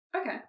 Okay